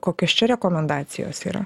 kokios čia rekomendacijos yra